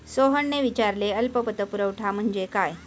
सोहनने विचारले अल्प पतपुरवठा म्हणजे काय?